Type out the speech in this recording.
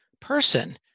person